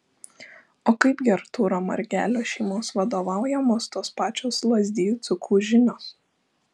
o kaip gi artūro margelio šeimos vadovaujamos tos pačios lazdijų dzūkų žinios